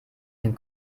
den